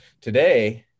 Today